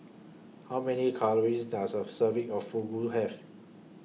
How Many Calories Does A Serving of Fugu Have